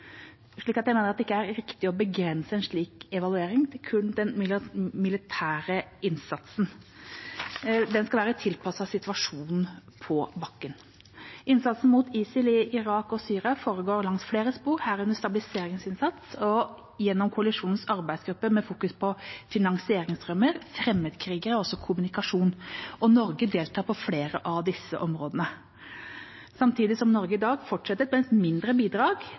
Jeg mener derfor at det ikke er riktig å begrense en slik evaluering til kun den militære innsatsen. Den skal være tilpasset situasjonen på bakken. Innsatsen mot ISIL i Irak og Syria foregår langs flere spor, herunder stabiliseringsinnsats og gjennom koalisjonens arbeidsgruppe med fokus på finansieringsstrømmer, fremmedkrigere og også kommunikasjon. Norge deltar på flere av disse områdene, samtidig som Norge i dag fortsetter med et mindre bidrag